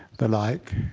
the like.